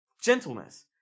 Gentleness